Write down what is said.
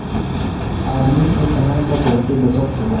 आदमी के समय क बहुते बचत होला